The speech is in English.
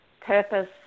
Purpose